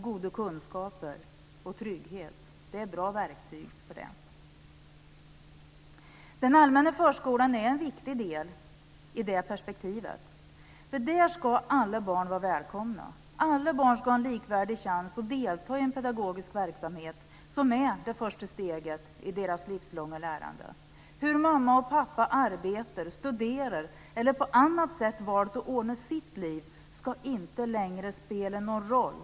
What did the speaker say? Goda kunskaper och trygghet är bra verktyg för det. Den allmänna förskolan är en viktig del i det perspektivet. Där ska alla barn vara välkomna. Alla barn ska ha en likvärdig chans att delta i en pedagogisk verksamhet som är det första steget i deras livslånga lärande. Hur mamma och pappa arbetar, studerar eller på annat sätt valt att ordna sina liv ska inte längre spela någon roll.